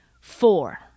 four